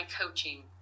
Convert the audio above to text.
coaching